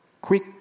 quick